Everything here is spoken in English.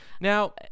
Now